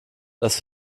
das